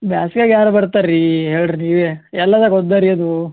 ಬೇಸ್ಗೆಗೆ ಯಾರು ಬರ್ತಾರೆ ರೀ ಹೇಳ್ರಿ ನೀವೇ ಎಲ್ಲದ ಗೊದ್ದರ ರೀ ಅದೂ